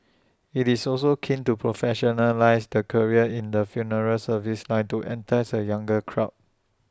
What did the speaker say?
he is also keen to professionalise the career in the funeral service line to entice A younger crowd